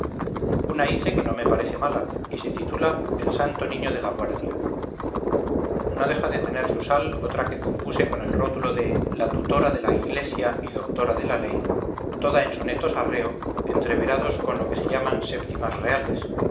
una hice que no me parece mala y se titula el santo niño de la guardia no deja de tener su sal otra que compuse con el rótulo de la tutora de la iglesia y doctora de la ley toda en sonetos arreo entreverados con lo que se llaman séptimas reales